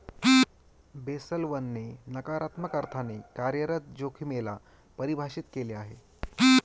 Basel one ने नकारात्मक अर्थाने कार्यरत जोखिमे ला परिभाषित केलं आहे